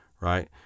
right